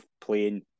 playing